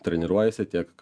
treniruojasi tiek